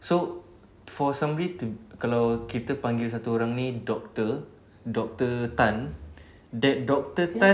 so for somebody to kalau kita panggil satu orang ni doctor doctor tan that doctor tan